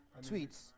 tweets